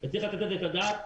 וצריך לתת על כך את הדעת.